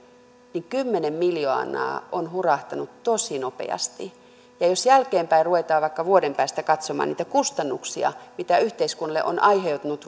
niin kymmenen miljoonaa on hurahtanut tosi nopeasti jos jälkeenpäin vaikka vuoden päästä ruvetaan katsomaan niitä kustannuksia mitä yhteiskunnalle on aiheutunut